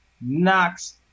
Knox